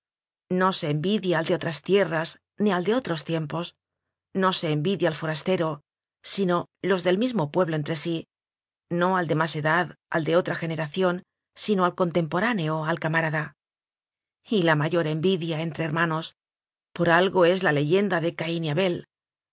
se envidia al de otras tierras ni al de otros tiempos no se envidia al forastero sino los del mismo pueblo entre sí no al de más edad ql de otra generación sino al contem poráneo al camarada y la mayor envidia é entre hermanos por algo es la leyenda de caín y abel